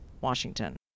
Washington